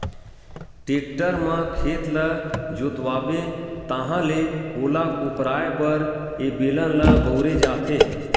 tractor म खेत ल जोतवाबे ताहाँले ओला कोपराये बर ए बेलन ल बउरे जाथे